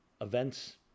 events